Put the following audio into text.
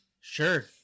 sure